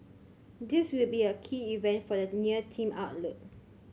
this will be a key event for the near team outlook